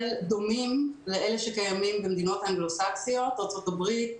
דומים לאלה שקיימים במדינות אנגלוסקסיות ארצות הברית,